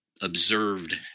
observed